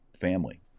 family